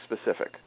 specific